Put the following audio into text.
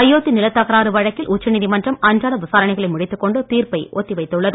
அயோத்தி நிலத் தகராறு வழக்கில் உச்சநீதிமன்றம் அன்றாட விசாரணைகளை முடித்துக் கொண்டு தீர்ப்பை ஒத்திவைத்துள்ளது